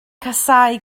casáu